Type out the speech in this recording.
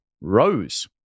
Rose